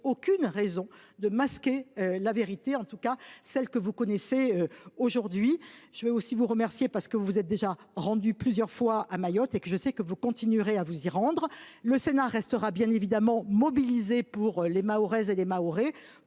aucune raison de masquer la vérité, en tout cas celle qui est connue aujourd’hui. Je veux aussi vous remercier, parce que vous vous êtes déjà rendu plusieurs fois à Mayotte et que vous continuerez à vous y rendre. Le Sénat restera bien évidemment mobilisé pour les Mahoraises et les Mahorais